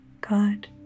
God